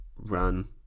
Run